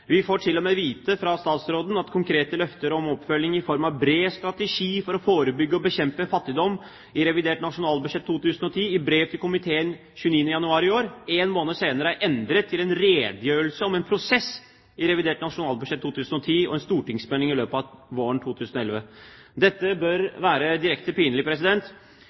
Vi får til og med vite fra statsråden at konkrete løfter om oppfølging i form av «bred strategi for å forebygge og bekjempe fattigdom» i revidert nasjonalbudsjett 2010 i brev til komiteen den 29. januar i år en måned senere er endret til en redegjørelse om en prosess i revidert nasjonalbudsjett 2010 og en stortingsmelding i løpet av våren 2011. Dette bør være direkte pinlig.